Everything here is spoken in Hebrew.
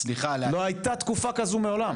לא הייתה תקופה כזו מעולם.